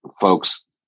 folks